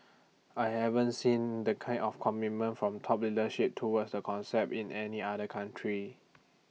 I haven't seen the kind of commitment from top leadership towards the concept in any other country